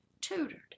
tutored